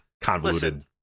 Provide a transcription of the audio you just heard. convoluted